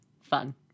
fun